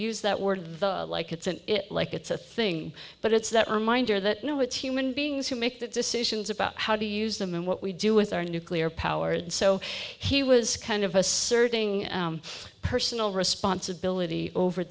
use that word the like it's an like it's a thing but it's that reminder that no it's human beings who make the decisions about how to use them and what we do with our nuclear powered so he was kind of asserting personal responsibility over